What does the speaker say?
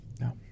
no